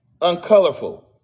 uncolorful